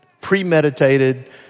premeditated